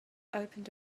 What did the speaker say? opened